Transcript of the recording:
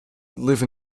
live